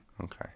Okay